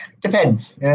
Depends